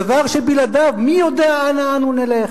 דבר שבלעדיו מי יודע אנה אנו נלך.